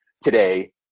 today